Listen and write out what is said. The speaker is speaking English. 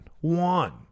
one